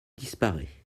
disparaît